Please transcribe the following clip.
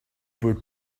peut